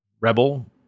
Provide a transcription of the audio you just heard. Rebel